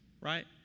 right